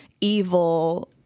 evil